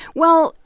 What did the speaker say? well,